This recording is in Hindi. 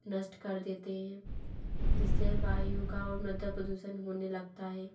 नष्ट कर देते हैं जिससे वायु का और मृदा प्रदूसण होने लगता है